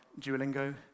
Duolingo